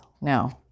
no